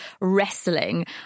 wrestling